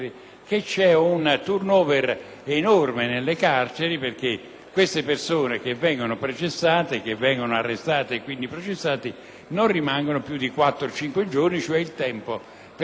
non rimangono più di 4 o 5 giorni, cioè il tempo per il rito direttissimo, e poi tornano in circolazione. Chiedo